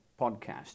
podcast